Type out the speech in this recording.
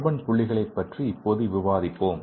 carbon புள்ளிகளைப் பற்றி இப்போது விவாதிப்போம்